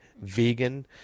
vegan